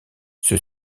ceux